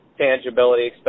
tangibility